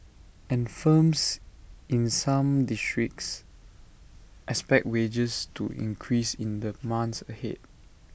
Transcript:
and firms in some districts expect wages to increase in the months ahead